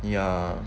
ya